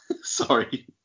sorry